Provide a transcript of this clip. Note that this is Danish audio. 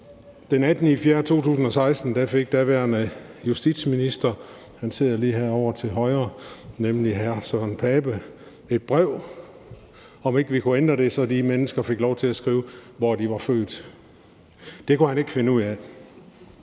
Den 18. april 2016 fik daværende justitsminister – han sidder lige herovre til højre, nemlig hr. Søren Pape Poulsen – et brev om, om ikke vi kunne ændre det, så de mennesker fik lov til at skrive, hvor de var født. Det kunne han ikke finde ud af.